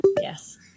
yes